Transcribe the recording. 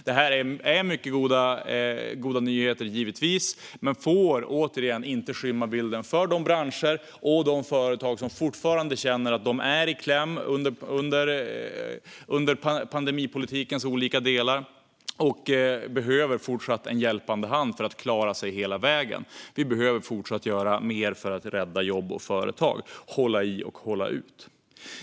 Det här är givetvis mycket goda nyheter, men det får inte skymma bilden för de branscher och företag som fortfarande känner att de är i kläm under pandemipolitikens olika delar och fortsatt behöver en hjälpande hand för att klara sig hela vägen. Vi behöver fortfarande göra mer för att rädda jobb och företag, hålla i och hålla ut.